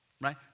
Right